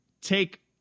take